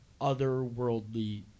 otherworldly